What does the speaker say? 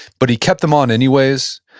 but he kept them on anyways.